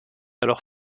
alors